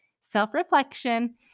self-reflection